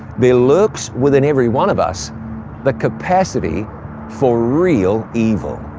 there lurks within every one of us the capacity for real evil.